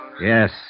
Yes